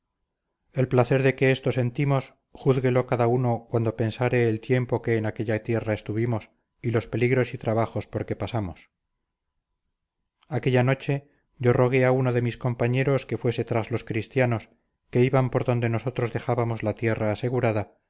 el placer de que esto sentimos júzguelo cada uno cuando pensare el tiempo que en aquella tierra estuvimos y los peligros y trabajos por que pasamos aquella noche yo rogué a uno de mis compañeros que fuese tras los cristianos que iban por donde nosotros dejábamos la tierra asegurada